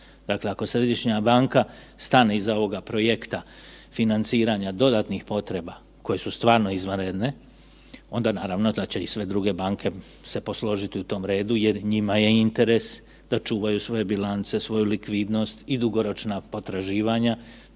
Dakle ako Središnja banka stane iza ovoga projekta financiranja dodatnih potreba koje su stvarno izvanredne, onda naravno da će i sve druge banke se posložiti u tom redu jer njima je interes da čuvaju svoje bilance, svoju likvidnost i dugoročna potraživanja,